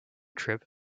trip